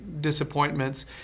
disappointments